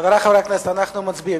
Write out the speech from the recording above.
חברי חברי הכנסת, אנחנו מצביעים.